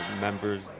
members